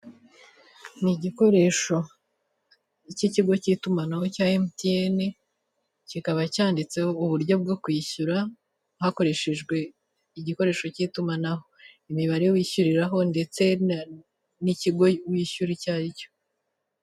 Ni igikoresho k'ikigo cy'itumanaho cya emutiyene, kikaba cyanditseho uburyo bwo kwishyura hakoreshejwe igikoresho k'itumanaho, imibare wishyuriraho ndetse n'ikigo wishyura icyo ari cyo.